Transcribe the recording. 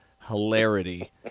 hilarity